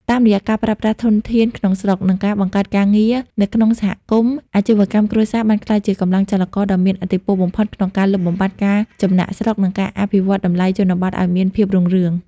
តាមរយៈការប្រើប្រាស់ធនធានក្នុងស្រុក និងការបង្កើតការងារនៅក្នុងសហគមន៍ អាជីវកម្មគ្រួសារបានក្លាយជាកម្លាំងចលករដ៏មានឥទ្ធិពលបំផុតក្នុងការលុបបំបាត់ការចំណាកស្រុក និងការអភិវឌ្ឍតំបន់ជនបទឱ្យមានភាពរុងរឿង។